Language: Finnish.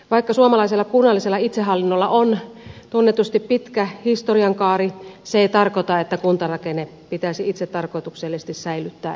vaikka suomalaisella kunnallisella itsehallinnolla on tunnetusti pitkä historian kaari se ei tarkoita että kuntarakenne pitäisi itsetarkoituksellisesti säilyttää ennallaan